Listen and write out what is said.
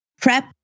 prep